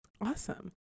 awesome